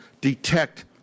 detect